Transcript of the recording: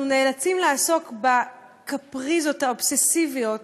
אנחנו נאלצים לעסוק בקפריזות האובססיביות